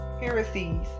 heresies